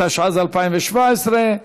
התשע"ז 2017,